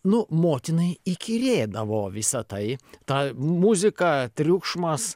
nu motinai įkyrėdavo visa tai ta muzika triukšmas